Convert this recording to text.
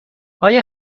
آیا